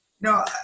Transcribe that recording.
No